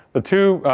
the two